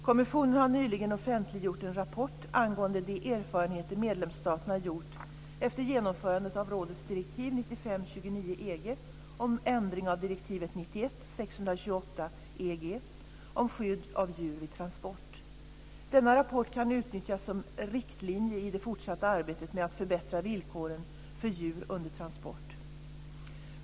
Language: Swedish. Kommissionen har nyligen offentliggjort en rapport 809) angående de erfarenheter medlemsstaterna gjort efter genomförandet av rådets direktiv 95 EG om ändring av direktiv 91 EEG om skydd av djur vid transport. Denna rapport kan utnyttjas som riktlinje i det fortsatta arbetet med att förbättra villkoren för djur under transport.